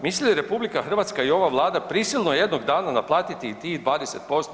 Misli li RH i ova vlada prisilno jednog dana naplatiti i tih 20%